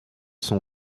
sont